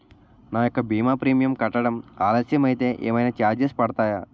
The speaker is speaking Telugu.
నా యెక్క భీమా ప్రీమియం కట్టడం ఆలస్యం అయితే ఏమైనా చార్జెస్ పడతాయా?